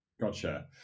Gotcha